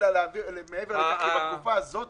אלא מעבר לכך כי בתקופה הזאת